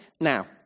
Now